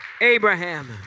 Abraham